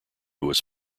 was